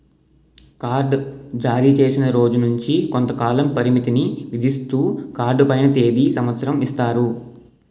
card జారీచేసిన రోజు నుంచి కొంతకాల పరిమితిని విధిస్తూ కార్డు పైన తేది సంవత్సరం ఇస్తారు